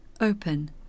open